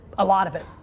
a lot of it.